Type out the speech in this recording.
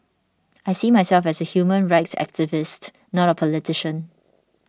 I see myself as a human rights activist not a politician